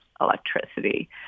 electricity